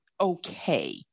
okay